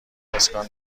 اسکان